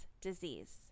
disease